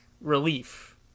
relief